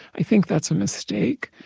i think that's a mistake.